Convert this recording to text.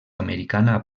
americana